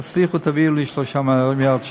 תצליחו ותביאו לי 3 מיליארד שקל.